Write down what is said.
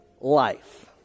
life